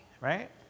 right